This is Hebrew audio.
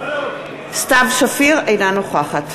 אינה נוכחת